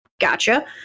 gotcha